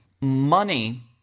money